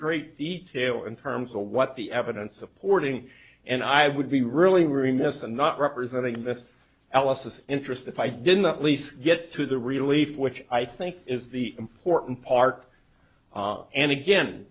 great detail in terms of what the evidence supporting and i would be really remiss and not representing this l s s interest if i didn't at least get to the relief which i think is the important part and again